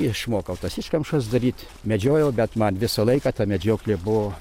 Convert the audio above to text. išmokau tas iškamšas daryt medžiojau bet man visą laiką ta medžioklė buvo